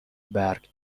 برگ